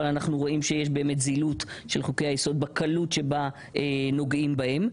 אנחנו רואים שבאמת יש זילות של חוקי היסוד בקלות שבה נוגעים בהם.